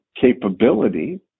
capability